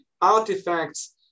artifacts